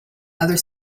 other